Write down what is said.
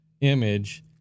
image